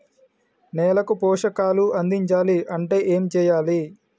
నేలకు పోషకాలు అందించాలి అంటే ఏం చెయ్యాలి?